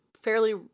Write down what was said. fairly